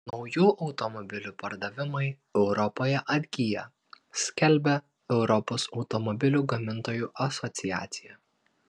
naujų automobilių pardavimai europoje atgyja skelbia europos automobilių gamintojų asociacija